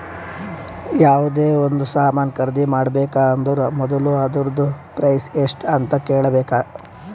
ಯಾವ್ದೇ ಒಂದ್ ಸಾಮಾನ್ ಖರ್ದಿ ಮಾಡ್ಬೇಕ ಅಂದುರ್ ಮೊದುಲ ಅದೂರ್ದು ಪ್ರೈಸ್ ಎಸ್ಟ್ ಅಂತ್ ಕೇಳಬೇಕ